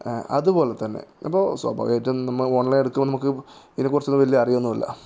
അതു പോലെ തന്നെ അപ്പോൾ സ്വാഭാവികായിട്ടും നമ്മൾ ഓൺലൈൻ എടുക്കുമ്പോൾ നമുക്ക് ഇതിനെക്കുറിച്ച് വലിയ അറിവൊന്നുമില്ല